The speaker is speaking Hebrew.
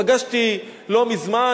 פגשתי לא מזמן,